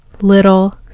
little